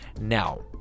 now